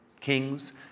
kings